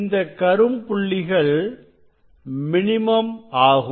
இந்த கரும்புள்ளிகள் மினிமம் ஆகும்